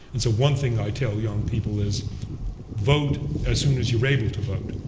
and so one thing i tell young people is vote as soon as you're able to vote.